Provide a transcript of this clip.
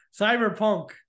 Cyberpunk